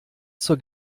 zur